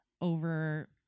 over